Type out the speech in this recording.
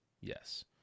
yes